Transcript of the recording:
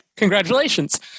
Congratulations